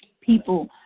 people